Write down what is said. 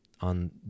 on